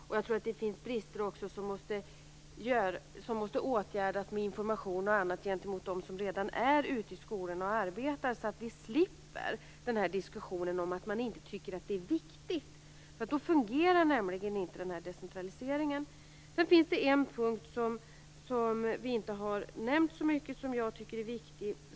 Jag tror också att det finns brister som måste åtgärdas med information och annat riktat till dem som redan befinner sig ute i skolan och arbetar, så att vi slipper diskussionen om att man inte tycker att detta är viktigt. I så fall fungerar nämligen inte den här decentraliseringen. Det finns också en punkt som inte direkt har nämnts men som jag tycker är viktig.